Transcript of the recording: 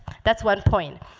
that's one point.